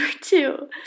two